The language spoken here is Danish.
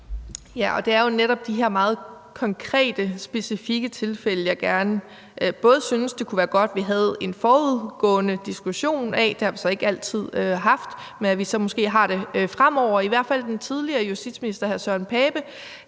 (SF): Det er jo netop de her meget konkrete, specifikke tilfælde, jeg synes det kunne være godt vi havde en forudgående diskussion af. Det er ikke noget, vi altid har haft, men det kunne vi måske få fremover. Den tidligere justitsminister hr. Søren Pape